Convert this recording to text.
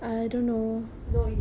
no interest already